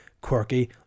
quirky